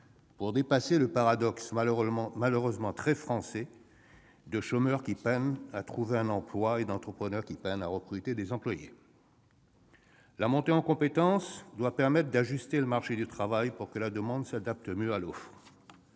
pour dépasser le paradoxe, malheureusement très français, de chômeurs qui peinent à retrouver un emploi et d'entrepreneurs qui peinent à recruter des employés. La montée en compétences doit permettre d'ajuster le marché du travail afin que la demande s'adapte mieux à l'offre.